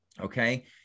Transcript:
Okay